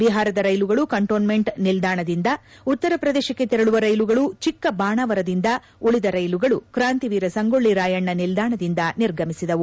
ಬಿಹಾರದ ರೈಲುಗಳು ಕಂಟೋನ್ನೆಂಟ್ ನಿಲ್ದಾಣದಿಂದ ಉತ್ತರ ಪ್ರದೇಶಕ್ಕೆ ತೆರಳುವ ರೈಲುಗಳು ಚಿಕ್ಕಬಾಣಾವಾರದಿಂದಉಳಿದ ರೈಲುಗಳು ಕ್ರಾಂತಿವೀರ ಸಂಗೊಳ್ಳಿ ರಾಯಣ್ಣ ನಿಲ್ದಾಣದಿಂದ ನಿರ್ಗಮಿಸಿದವು